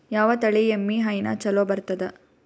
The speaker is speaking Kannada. ಯಾವ ತಳಿ ಎಮ್ಮಿ ಹೈನ ಚಲೋ ಬರ್ತದ?